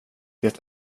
det